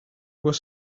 were